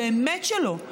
באמת שלא.